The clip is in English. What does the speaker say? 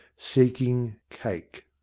seek ing cake.